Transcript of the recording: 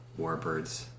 warbirds